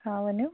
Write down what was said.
ہاں ؤنِو